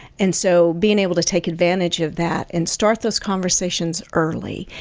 and so being able to take advantage of that and start those conversations early.